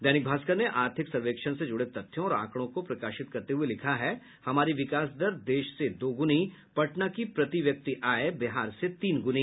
दैनिक भास्कर ने आर्थिक सर्वेक्षण से जुड़े तथ्यों और आंकड़ों को प्रकाशित करते हुये लिखा है हमारी विकास दर देश से दोगुनी पटना की प्रति व्यक्ति आय बिहार से तीन गूनी